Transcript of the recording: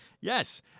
Yes